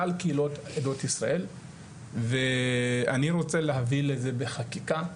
קהילות עדות ישראל ואני רוצה להביא לזה בחקיקה,